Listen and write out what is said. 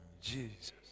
Jesus